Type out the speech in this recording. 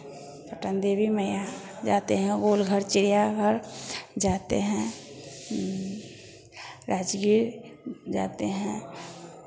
पटन देवी मैया जाते हैं गोलघर चिड़ियाघर जाते हैं राजगीर जाते हैं